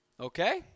Okay